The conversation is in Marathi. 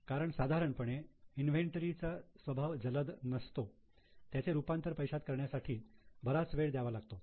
कारण साधारणपणे इन्व्हेंटरी चा स्वभाव जलद नसतो त्यांचे रूपांतर पैशात करण्यासाठी बराच वेळ द्यावा लागतो